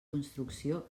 construcció